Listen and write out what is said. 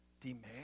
demand